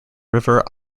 river